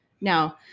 Now